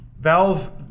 Valve